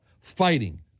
fighting